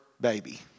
baby